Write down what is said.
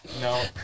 No